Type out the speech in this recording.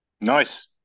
Nice